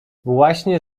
właśnie